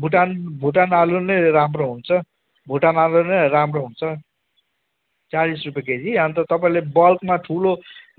भुटान भुटान आलु नै राम्रो हुन्छ भुटान आलु नै राम्रो हुन्छ चालिस रुपे केजी अन्त तपाईँले बल्कमा ठुलो